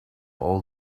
all